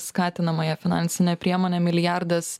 skatinamąją finansinę priemonę milijardas